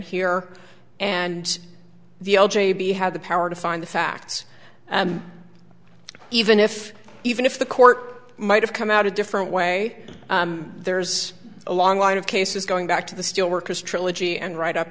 here and the l g b have the power to find the facts even if even if the court might have come out a different way there's a long line of cases going back to the steelworkers trilogy and right up